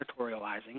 editorializing